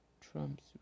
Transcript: Trump's